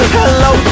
hello